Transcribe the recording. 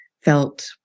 felt